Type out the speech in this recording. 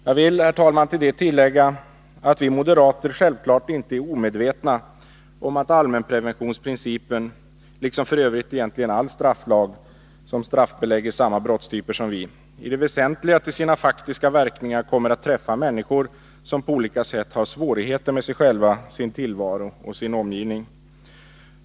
Jag vill, herr talman, till detta lägga att vi moderater självfallet inte är omedvetna om att allmänpreventionsprincipen, liksom f. ö. egentligen all strafflag som straffbelägger samma brottstyper som vi, i det väsentliga till sina faktiska verkningar kommer att träffa människor som på olika sätt har svårigheter med sig själva, sin tillvaro och sin omgivning.